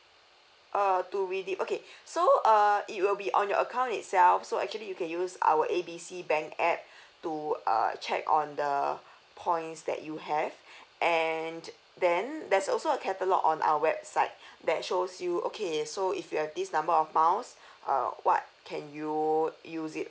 err to redeem okay so uh it will be on your account itself so actually you can use our A B C bank app to err check on the points that you have and then there's also a catalogue on our website that shows you okay so if you have this number of miles uh what can you use it